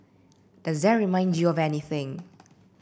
does that remind you of anything